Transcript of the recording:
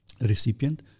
recipient